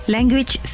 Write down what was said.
Language